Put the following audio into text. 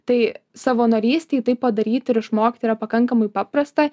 tai savanorystėj tai padaryti ir išmokti yra pakankamai paprasta